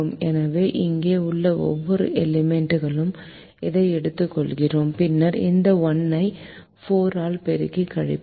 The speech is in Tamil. எனவே இங்கே உள்ள ஒவ்வொரு எலிமெண்ட் களும் இதை எடுத்துக்கொள்கிறேன் பின்னர் இந்த 1 ஐ 4 ஆல் பெருக்கி கழிப்பேன்